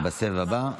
בסבב הבא.